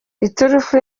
iturufu